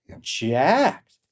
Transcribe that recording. jacked